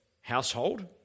household